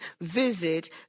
visit